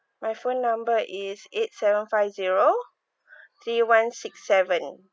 my phone number is eight seven five zero three one six seven